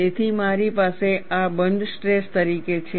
તેથી મારી પાસે આ બંધ સ્ટ્રેસ તરીકે છે